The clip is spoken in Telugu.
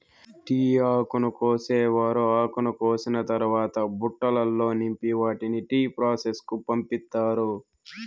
టీ ఆకును కోసేవారు ఆకును కోసిన తరవాత బుట్టలల్లో నింపి వాటిని టీ ప్రాసెస్ కు పంపిత్తారు